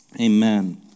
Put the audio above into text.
Amen